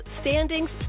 standings